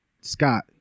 Scott